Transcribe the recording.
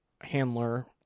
handler